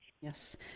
Yes